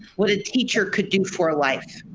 what a teacher could do for life.